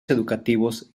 educativos